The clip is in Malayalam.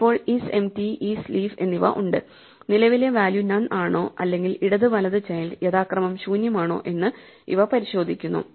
ഇപ്പോൾ isempty isleaf എന്നിവ ഉണ്ട് നിലവിലെ വാല്യൂ നൺ ആണോ അല്ലെങ്കിൽ ഇടത് വലത് ചൈൽഡ് യഥാക്രമം ശൂന്യമാണോ എന്ന് ഇവ പരിശോധിക്കുന്നു